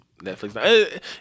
Netflix